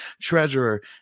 treasurer